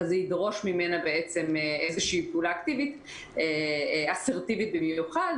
אבל זה ידרוש ממנה פעולה אקטיבית אסרטיבית במיוחד,